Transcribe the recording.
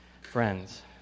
friends